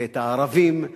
ואת הערבים,